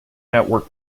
network